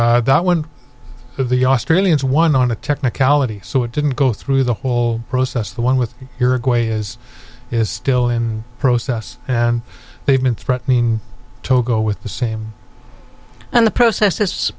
and that one of the australians won on a technicality so it didn't go through the whole process the one with a is is still in process and they've been threatening to go with the same and the process